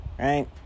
right